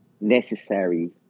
necessary